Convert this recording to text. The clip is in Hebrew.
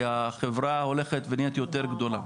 החברה הולכת ונהיית יותר גדולה.